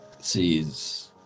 sees